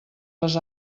les